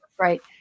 Right